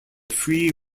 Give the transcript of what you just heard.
free